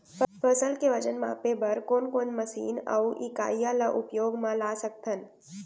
फसल के वजन मापे बर कोन कोन मशीन अऊ इकाइयां ला उपयोग मा ला सकथन?